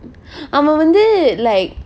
அவன் வந்து:avan vanthu like